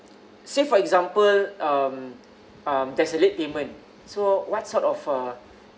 say for example um um there's a late payment so what sort of uh